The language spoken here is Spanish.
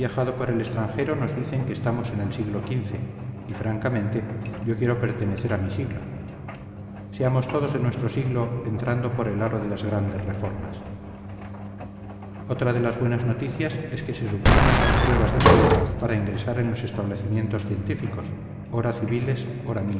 por el extranjero nos dicen que estamos en el siglo xv y francamente yo quiero pertenecer a mi siglo seamos todos de nuestro siglo entrando por el aro de las grandes reformas otra de las buenas noticias es que se suprimen las pruebas de nobleza para ingresar en los establecimientos científicos ora civiles